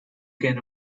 can